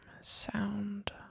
sound